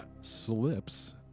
slips